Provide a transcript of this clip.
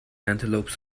antelopes